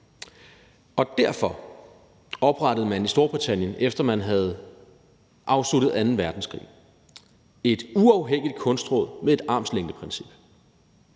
og derfor oprettede man i Storbritannien, efter at man havde afsluttet anden verdenskrig, et uafhængigt kunstråd med et armslængdeprincip.